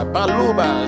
Baluba